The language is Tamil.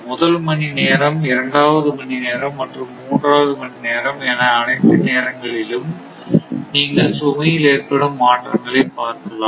முதல் மணி நேரம் இரண்டாவது மணி நேரம் மற்றும் மூன்றாவது மணி நேரம் என அனைத்து நேரங்களிலும் நீங்கள் சுமையில் ஏற்படும் மாற்றங்களைப் பார்க்கலாம்